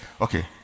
okay